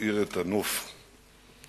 ומאיר את הנוף האנושי,